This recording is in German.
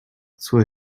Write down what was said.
zur